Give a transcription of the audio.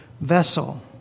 vessel